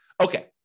Okay